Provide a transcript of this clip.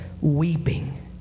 weeping